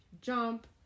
jump